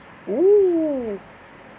!woo!